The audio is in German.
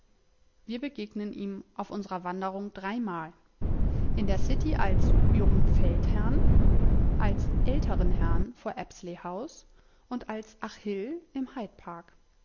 wir begegnen ihm auf unsrer wanderung dreimal in der city als jungen feldherrn als älteren herrn vor apsley house und als achill im hyde park